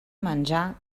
menjar